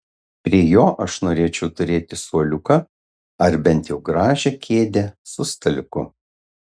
prie jo aš norėčiau turėti suoliuką ar bent jau gražią kėdę su staliuku